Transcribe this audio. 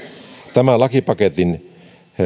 tämän lakipaketin